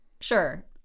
Sure